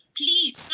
please